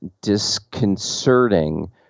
disconcerting